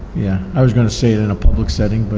yeah, i was gonna say it in a public setting, but